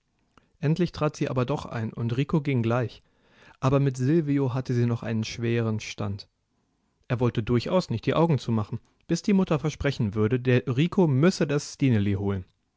endlich trat sie aber doch ein und rico ging gleich aber mit silvio hatte sie noch einen schweren stand er wollte durchaus nicht die augen zumachen bis die mutter versprechen würde der rico müsse das stineli holen